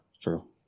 true